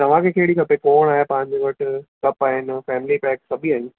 तव्हांखे कहिड़ी खपे कोन आहे पंहिंजे वटि कप आहिनि फैमिली पैक सभई आहिनि